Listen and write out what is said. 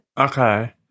Okay